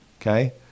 Okay